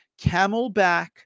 Camelback